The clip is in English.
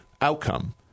outcome